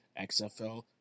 XFL